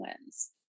wins